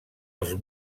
els